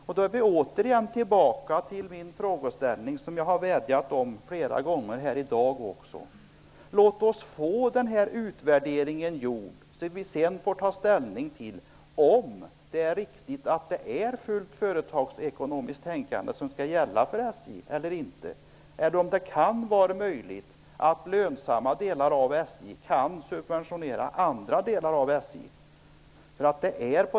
Med det är jag återigen tillbaka till det som jag har vädjat om flera gånger här i dag. Låt oss få denna utvärdering! Sedan kan vi ta ställning till om det är riktigt att ett företagsekonomiskt tänkande skall gälla för SJ eller om det är möjligt att lönsamma delar av SJ kan subventionera andra delar av SJ.